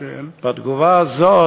והתגובה הזאת,